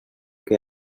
que